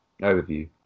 overview